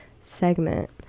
segment